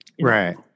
right